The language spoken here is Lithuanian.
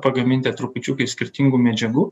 pagaminti trupučiuką iš skirtingų medžiagų